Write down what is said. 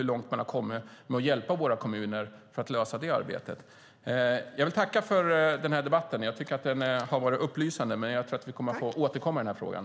Hur långt har man kommit med att hjälpa våra kommuner att lösa det problemet? Jag vill tacka för den här debatten. Jag tycker att den har varit upplysande, men jag tror att vi kommer att få återkomma i den här frågan.